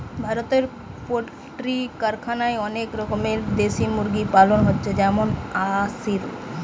ভারতে পোল্ট্রি কারখানায় অনেক রকমের দেশি মুরগি পালন হচ্ছে যেমন আসিল